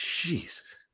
Jesus